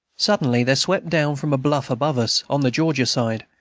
suddenly there swept down from a bluff above us, on the georgia side,